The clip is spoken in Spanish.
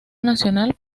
nacional